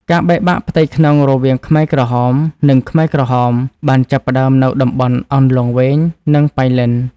ការបែកបាក់ផ្ទៃក្នុងរវាងខ្មែរក្រហម និងខ្មែរក្រហម បានចាប់ផ្តើមនៅតំបន់អន្លង់វែង និងប៉ៃលិន។